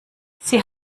sie